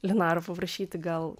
linara paprašyti gal